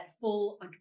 full